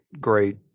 great